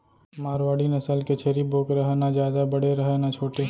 मारवाड़ी नसल के छेरी बोकरा ह न जादा बड़े रहय न छोटे